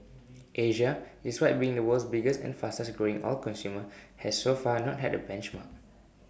Asia despite being the world's biggest and fastest growing oil consumer has so far not had A benchmark